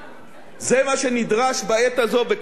זה מה שנדרש בעת הזאת בכל העולם,